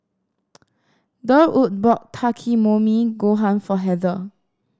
Durwood bought Takikomi Gohan for Heather